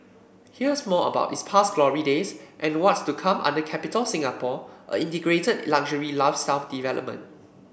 here's more about its past glory days and what's to come under Capitol Singapore an integrated luxury lifestyle development